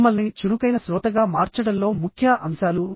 మిమ్మల్ని చురుకైన శ్రోతగా మార్చడంలో ముఖ్య అంశాలు